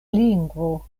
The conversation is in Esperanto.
lingvo